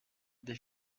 des